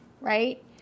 right